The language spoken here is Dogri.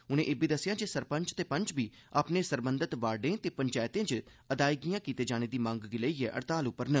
उनें इब्बी दस्सेआ जे सरपंच ते पंच बी अपने सरबंधत वार्डे ते पंचैतें च अदायगियां कीते जाने दी मंग गी लेइयै हड़ताल उप्पर न